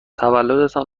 تولدتان